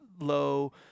low